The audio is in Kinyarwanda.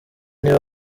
niba